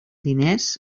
diners